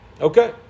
okay